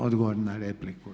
Odgovor na repliku.